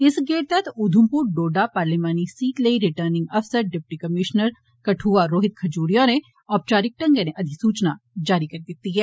इस गैडे तैहत उधमपुर डोडा पार्लियामानी सीट लेई रटर्निंग अफसर डिप्टी कमीष्नर कदुआ रोहित खजूरिया होरें ओपचारिक ढंगै नै अधिसूचना जारी करी दिती ऐ